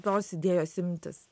tos idėjos imtis